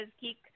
geek